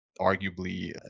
arguably